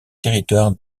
territoires